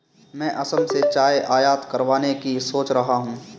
मैं असम से चाय आयात करवाने की सोच रहा हूं